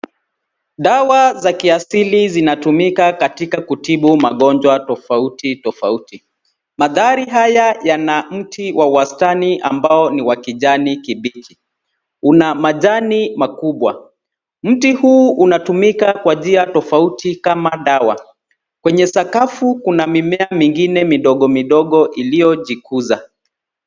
Dawa za kiasili zinatumika katika kutibu magonjwa tofauti tofauti. Mandhari haya yana mti wa wastani ambao ni wa kijani kibichi, una majani makubwa. Mti huu unatumika kwa njia tofauti kama dawa, kwenye sakafu kuna mimea mingine midogo midogo, iliojikuza.